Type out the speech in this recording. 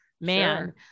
man